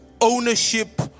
ownership